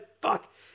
Fuck